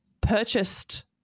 purchased